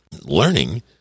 Learning